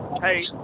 hey